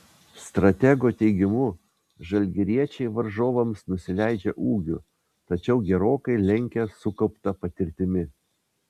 stratego teigimu žalgiriečiai varžovams nusileidžia ūgiu tačiau gerokai lenkia sukaupta patirtimi